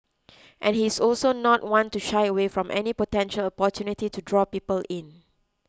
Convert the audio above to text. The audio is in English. and he is also not one to shy away from any potential opportunity to draw people in